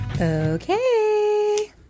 Okay